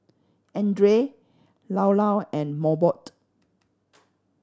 Andre Llao Llao and Mobot